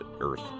earth